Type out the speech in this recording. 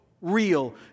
real